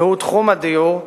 והוא תחום הדיור,